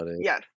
yes